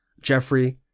Jeffrey